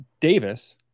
Davis